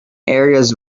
areas